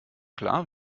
klar